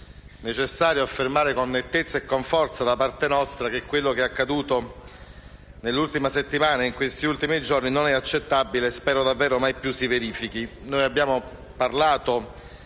necessario affermare, con nettezza e con forza, da parte nostra, che quello che è accaduto nell'ultima settimana e in questi ultimi giorni non è accettabile e spero davvero non si verifichi